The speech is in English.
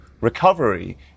recovery